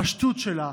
הפשטות שלה,